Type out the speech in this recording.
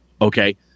Okay